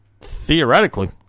theoretically